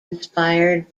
inspired